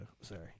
sorry